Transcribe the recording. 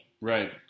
Right